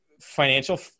financial